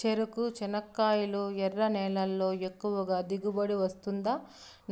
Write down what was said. చెరకు, చెనక్కాయలు ఎర్ర నేలల్లో ఎక్కువగా దిగుబడి వస్తుందా